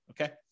Okay